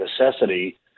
necessity